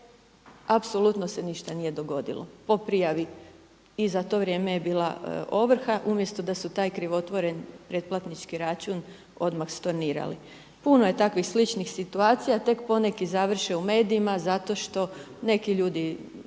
apsolutno se ništa nije dogodilo po prijavi i za to vrijeme je bila ovrha umjesto da su taj krivotvoren pretplatnički računa odmah stornirali. Puno je takvih sličnih situacija, tek poneki završe ui medijima zato što neki ljudi